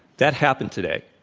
that happened today.